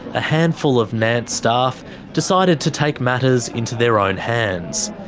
a handful of nant staff decided to take matters into their own hands.